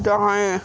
दाएँ